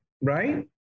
right